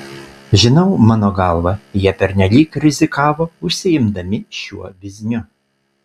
žinau mano galva jie pernelyg rizikavo užsiimdami šiuo bizniu